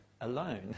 alone